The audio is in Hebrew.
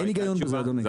אין הגיון לזה אדוני.